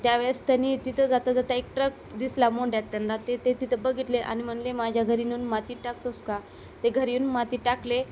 त्यावेळेस त्यांनी तिथं जाता जाता एक ट्रक दिसला मोंड्यात त्यांना ते ते तिथं बघितले आणि म्हणाले माझ्या घरी नेऊन माती टाकतोस का ते घरी येऊन माती टाकले